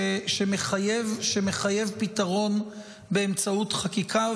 שמחייב פתרון באמצעות חקיקה.